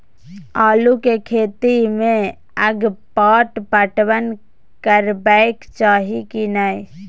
आलू के खेती में अगपाट पटवन करबैक चाही की नय?